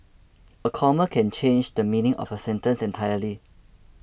a comma can change the meaning of a sentence entirely